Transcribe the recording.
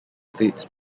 states